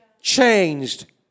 changed